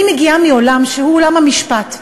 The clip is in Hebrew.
אני מגיעה מעולם שהוא עולם המשפט.